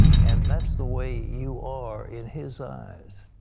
and that's the way you are in his eyes.